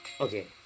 okay